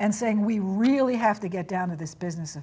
and saying we really have to get down to this business of